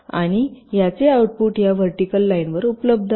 आणि ह्याचे आऊटपुट ह्या व्हर्टिकल लाईनवर उपलब्ध आहे